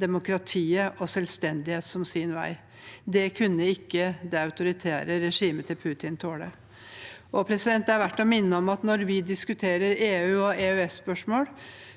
demokratiet og selvstendighet som sin vei. Det kunne ikke det autoritære regimet til Putin tåle. Det er verdt å minne om når vi diskuterer EU og EØSspørsmål –